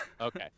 Okay